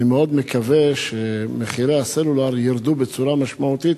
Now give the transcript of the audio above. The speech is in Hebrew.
אני מאוד מקווה שמחירי הסלולר ירדו בצורה משמעותית